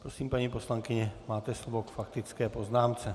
Prosím, paní poslankyně, máte slovo k faktické poznámce.